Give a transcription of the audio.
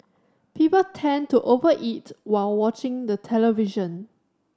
people tend to over eat while watching the television